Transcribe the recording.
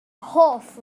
hoff